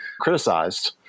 criticized